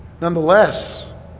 Nonetheless